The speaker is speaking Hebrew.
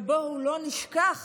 ובואו לא נשכח